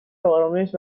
ارامش